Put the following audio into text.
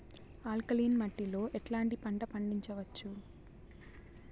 Alkaline మట్టి లో ఎట్లాంటి పంట పండించవచ్చు,?